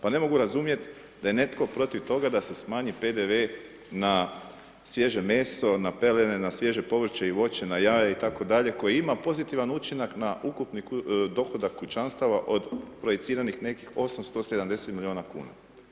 Pa ne mogu razumjeti da je netko protiv toga da se smanji PDV na svježe meso, na pelene, na svježe povrće i voće, na jaja itd. koje ima pozitivan učinak na ukupni dohodak kućanstava od projiciranih neki 870 milijuna kuna.